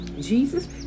Jesus